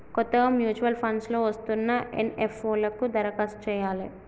కొత్తగా mutual funds లో వస్తున్న ఎన్.ఎఫ్.ఓ లకు దరఖాస్తు చెయ్యాలే